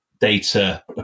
Data